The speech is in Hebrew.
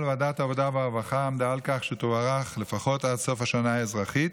אבל ועדת העבודה והרווחה עמדה על כך שתוארך לפחות עד סוף השנה האזרחית